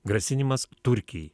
grasinimas turkijai